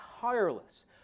tireless